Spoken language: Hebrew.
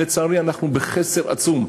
לצערי, אנחנו בחסר עצום.